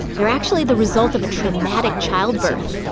they're actually the result of a traumatic childbirth.